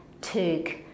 took